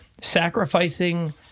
sacrificing